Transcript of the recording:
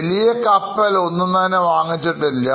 വലിയ കപ്പൽ ഒന്നും വാങ്ങിച്ചിട്ടില്ല